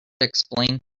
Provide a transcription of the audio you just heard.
explained